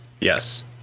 Yes